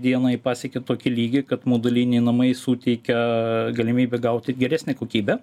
dienai pasiekė tokį lygį kad moduliniai namai suteikia galimybę gauti geresnę kokybę